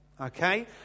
okay